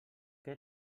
què